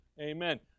Amen